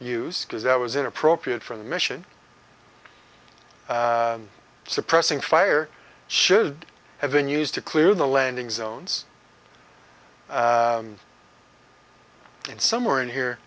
use because that was inappropriate for the mission suppressing fire should have been used to clear the landing zones and somewhere in